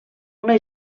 una